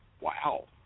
Wow